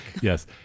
Yes